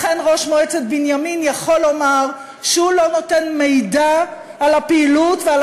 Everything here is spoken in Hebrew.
לכן ראש מועצת בנימין יכול לומר שהוא לא נותן מידע על הפעילות ועל